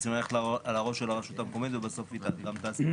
רוצים ללכת על הראש של הרשות המקומית ובסוף היא גם --- כן,